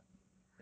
好笑 [what]